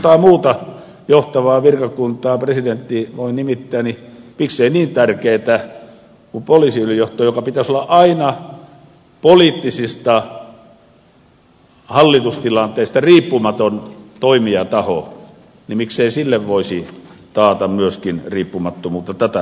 monta muuta johtavaa virkakuntaa presidentti voi nimittää niin miksei niin tärkeätä kuin poliisiylijohtoa jonka pitäisi olla aina poliittisista hallitustilanteista riippumaton toimijataho miksei sille voisi taata myöskin riippumattomuutta tätä kautta